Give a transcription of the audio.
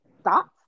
Stop